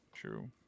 True